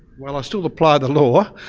well i still apply the law,